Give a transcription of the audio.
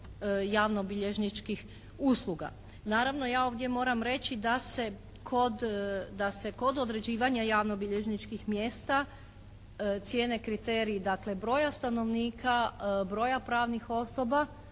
javnobilježničkih usluga. Naravno, ja moram ovdje reći da se kod određivanja javnobilježničkih mjesta cijene kriteriji dakle broja stanovnika, broja pravnih osoba